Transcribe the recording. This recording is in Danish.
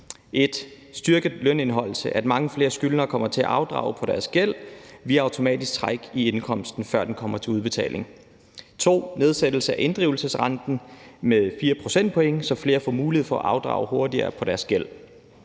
en styrket lønindeholdelse, så mange flere skyldnere kommer til at afdrage på deres gæld via automatisk træk i indkomsten, før den kommer til udbetaling, 2) nedsættelse af inddrivelsesrenten med 4 procentpoint, så flere får mulighed for at afdrage hurtigere på deres gæld,